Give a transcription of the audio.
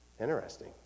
Interesting